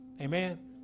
Amen